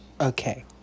Okay